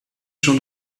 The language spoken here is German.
schon